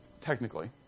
technically